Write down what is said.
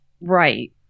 Right